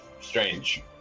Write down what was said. strange